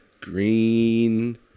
green